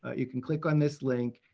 ah you can click on this link,